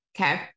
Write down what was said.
okay